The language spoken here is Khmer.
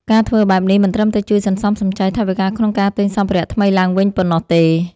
ការធ្វើបែបនេះមិនត្រឹមតែជួយសន្សំសំចៃថវិកាក្នុងការទិញសម្ភារៈថ្មីឡើងវិញប៉ុណ្ណោះទេ។